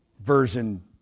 Version